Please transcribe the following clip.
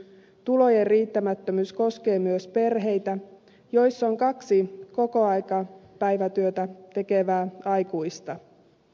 tulojen riittämättömyys koskee myös perheitä joissa on kaksi kokoaikapäivätyötä tekevää aikuista